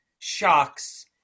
shocks